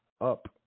up